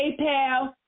PayPal